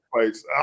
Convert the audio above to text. fights